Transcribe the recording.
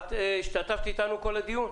השתתפת איתנו כל הדיון?